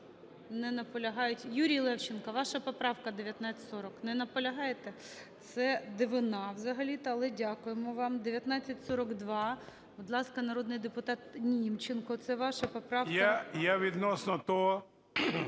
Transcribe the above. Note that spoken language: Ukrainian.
Не наполягають. Юрій Левченко, ваша поправка 1940. Не наполягаєте? Це дивина взагалі-то, але дякуємо вам. 1942. Будь ласка, народний депутат Німченко. Це ваша поправка. 16:46:01